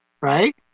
right